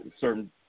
certain